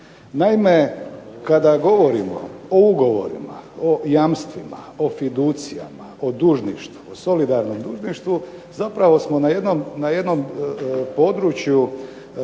Naime, kada govorimo o ugovorima, o jamstvima, o fiducijama, o dužništvu, o solidarnom dužništvu zapravo smo na jednom području